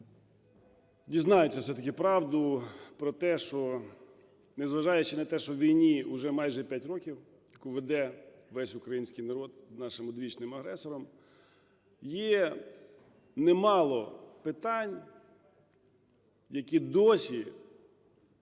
дізнаються все-таки правду про те, що, незважаючи на те, що війні вже майже 5 років, яку веде весь український народ з нашим одвічним агресором, є немало питань, які досі